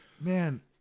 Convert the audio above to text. Man